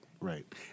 Right